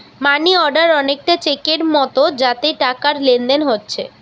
মানি order অনেকটা চেকের মতো যাতে টাকার লেনদেন হোচ্ছে